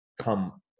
come